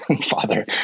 father